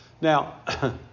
Now